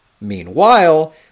Meanwhile